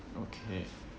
okay